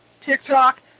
TikTok